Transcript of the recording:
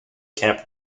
camp